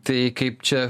tai kaip čia